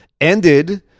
Ended